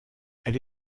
elle